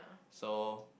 so